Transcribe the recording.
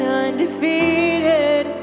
undefeated